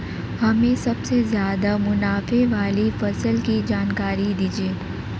हमें सबसे ज़्यादा मुनाफे वाली फसल की जानकारी दीजिए